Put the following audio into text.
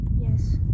Yes